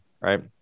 right